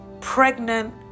pregnant